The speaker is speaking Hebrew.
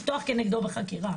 לפתוח כנגדו בחקירה,